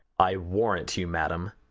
i warrant you, madam,